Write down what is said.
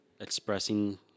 expressing